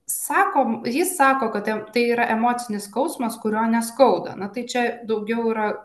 sakom ji sako kad tem tai yra emocinis skausmas kurio neskauda na tai čia daugiau yra